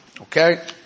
Okay